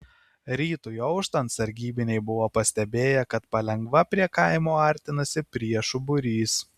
rytui auštant sargybiniai buvo pastebėję kad palengva prie kaimo artinasi priešų būrys